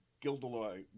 Gilderoy